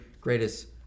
greatest